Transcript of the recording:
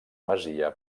masia